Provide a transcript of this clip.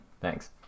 Thanks